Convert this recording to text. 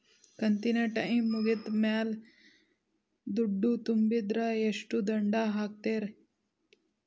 ಕಂತಿನ ಟೈಮ್ ಮುಗಿದ ಮ್ಯಾಲ್ ದುಡ್ಡು ತುಂಬಿದ್ರ, ಎಷ್ಟ ದಂಡ ಹಾಕ್ತೇರಿ?